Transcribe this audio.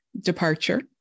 departure